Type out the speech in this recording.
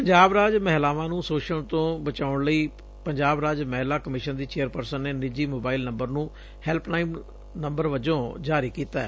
ਪੰਜਾਬ ਦੀਆਂ ਮਹਿਲਾਵਾਂ ਨੂੰ ਸ਼ੋਸ਼ਣ ਤੋਂ ਬਚਾਉਣ ਲਈ ਪੰਜਾਬ ਰਾਜ ਮਹਿਲਾ ਕਮਿਸ਼ਨ ਦੀ ਚੇਅਰਪਰਸਨ ਨੇ ਨਿੱਜੀ ਮੋਬਾਈਲ ਨੰਬਰ ਨੂੰ ਹੈਲਪ ਲਾਈਨ ਵਜੋਂ ਜਾਰੀ ਕੀਤੈ